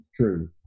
true